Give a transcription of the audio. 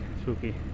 spooky